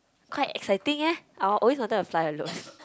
quite exciting eh I always wanted to fly alone